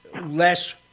less